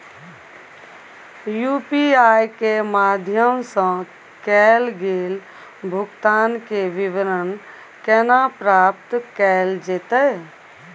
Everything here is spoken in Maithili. यु.पी.आई के माध्यम सं कैल गेल भुगतान, के विवरण केना प्राप्त कैल जेतै?